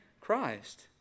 Christ